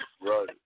right